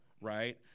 Right